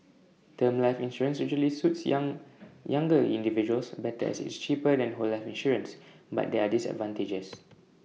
term life insurance usually suits young younger individuals better as IT is cheaper than whole life insurance but there're disadvantages